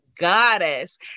goddess